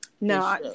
no